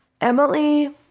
Emily